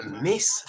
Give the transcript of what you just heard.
Miss